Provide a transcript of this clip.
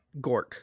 Gork